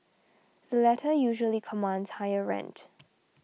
the latter usually commands higher rent